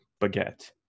baguette